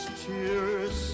tears